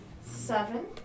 seven